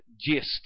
gist